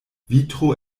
vitro